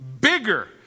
Bigger